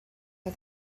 are